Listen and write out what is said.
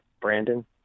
Brandon